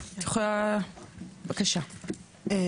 קודם כל,